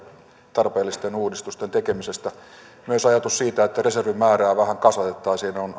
tarpeellisten uudistusten tekemisestä myös ajatus siitä että reservin määrää vähän kasvatettaisiin on